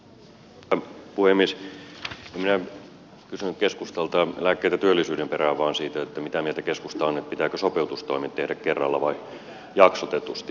en minä kysynyt keskustalta lääkkeitä työllisyyden perään vaan siitä mitä mieltä keskusta on että pitääkö sopeutustoimet tehdä kerralla vai jaksotetusti mutta siihen me emme saaneet vastausta